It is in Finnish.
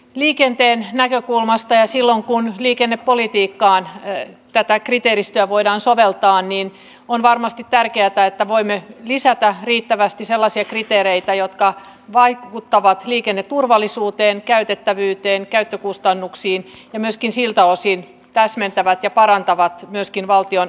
liikenteen näkökulmasta ja silloin kun liikennepolitiikkaan tätä kriteeristöä voidaan soveltaa on varmasti tärkeätä että voimme lisätä riittävästi sellaisia kriteereitä jotka vaikuttavat liikenneturvallisuuteen käytettävyyteen käyttökustannuksiin ja myöskin siltä osin täsmentävät ja parantavat myöskin valtion hankintaedellytyksiä